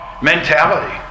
mentality